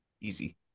Easy